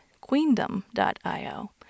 queendom.io